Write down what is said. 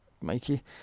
Mikey